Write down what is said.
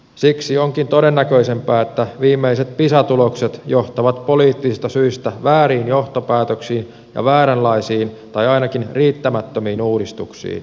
siksi onkin todennäköisempää että viimeiset pisa tulokset johtavat poliittisista syistä vääriin johtopäätöksiin ja vääränlaisiin tai ainakin riittämättömiin uudistuksiin